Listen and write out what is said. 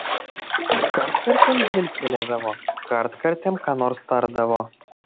kartkartėm žvilgtelėdavo kartkartėm ką nors tardavo